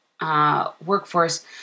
workforce